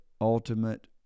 ultimate